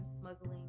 smuggling